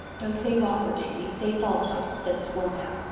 don't say whopper, davy. say falsehood, said the schoolma'am.